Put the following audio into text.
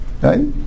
right